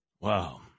Wow